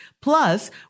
plus